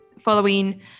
following